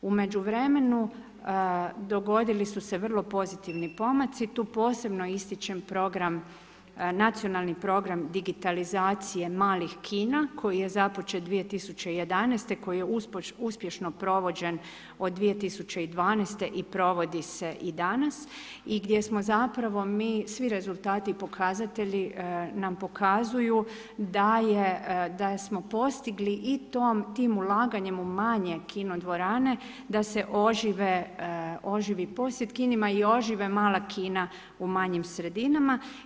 U međuvremenu dogodili su se vrlo pozitivni pomaci, tu posebno ističem nacionalni program digitalizacije malih kina koji je započet 2011. koji je uspješno provođen od 2012. i provodi se i danas i gdje smo zapravo mi, svi rezultati pokazatelji nam pokazuju, da smo postigli i tim ulaganjem u manje kino dvorane da se oživi posjet kinima i ožive mala kina u manjim sredinama.